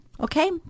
Okay